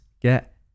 get